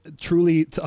truly